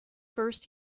first